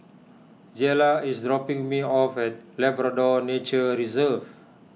Jayla is dropping me off at Labrador Nature Reserve